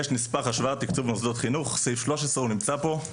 יש נספח השוואת תקצוב מוסדות חינוך סעיף 13 הוא נמצא פה,